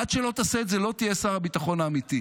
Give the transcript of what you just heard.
עד שלא תעשה את זה לא תהיה שר הביטחון האמיתי,